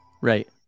Right